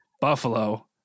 Buffalo